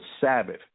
Sabbath